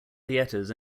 theaters